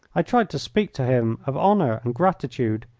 i tried to speak to him of honour and gratitude,